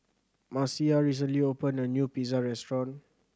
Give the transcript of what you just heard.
Marcia recently opened a new Pizza Restaurant